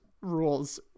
rules